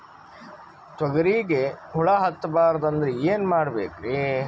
ತೊಗರಿಗ ಹುಳ ಹತ್ತಬಾರದು ಅಂದ್ರ ಏನ್ ಮಾಡಬೇಕ್ರಿ?